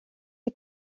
est